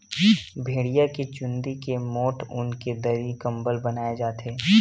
भेड़िया के चूंदी के मोठ ऊन के दरी, कंबल बनाए जाथे